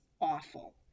awful